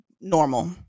normal